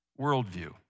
worldview